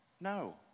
No